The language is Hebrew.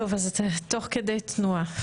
טוב אז תוך כדי תנועה?